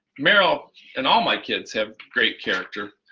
meryl and all my kids have great character.